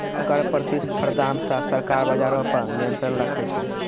कर प्रतिस्पर्धा से सरकार बजारो पे नियंत्रण राखै छै